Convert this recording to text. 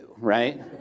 right